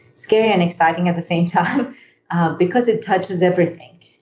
scary and exciting at the same time because it touches everything.